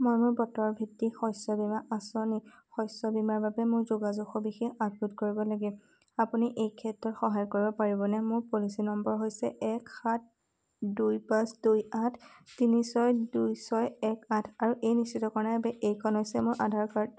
মই মোৰ বতৰ ভিত্তিক শস্য বীমা আঁচনি শস্য বীমাৰ বাবে মোৰ যোগাযোগৰ সবিশেষ আপলোড কৰিব লাগে আপুনি মোক এই ক্ষেত্ৰত সহায় কৰিব পাৰিবনে মোৰ পলিচী নম্বৰ হৈছে এক সাত দুই পাঁচ দুই আঠ তিনি ছয় দুই ছয় এক আঠ আৰু নিশ্চিতকৰণৰ বাবে এইখন হৈছে মোৰ আধাৰ কাৰ্ড